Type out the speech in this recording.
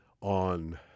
on